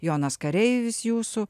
jonas kareivis jūsų